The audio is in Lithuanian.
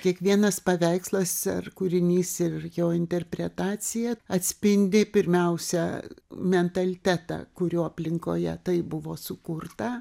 kiekvienas paveikslas ar kūrinys ir jo interpretacija atspindi pirmiausia mentalitetą kurio aplinkoje tai buvo sukurta